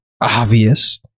Obvious